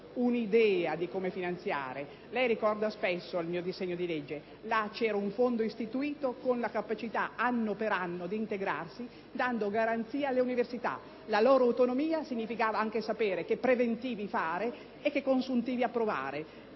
un'idea di come finanziare il provvedimento. Lei ricorda spesso il mio disegno di legge: ebbene, in esso c'era un fondo istituito con la capacità, anno per anno, di integrarsi, dando garanzie alle università, la cui autonomia significava anche sapere che preventivi fare e che consuntivi approvare.